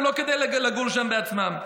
ולא כדי לגור שם בעצמם.